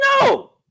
No